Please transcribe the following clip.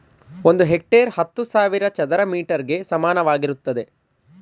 ಒಂದು ಹೆಕ್ಟೇರ್ ಹತ್ತು ಸಾವಿರ ಚದರ ಮೀಟರ್ ಗೆ ಸಮಾನವಾಗಿರುತ್ತದೆ